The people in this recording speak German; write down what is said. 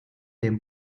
dem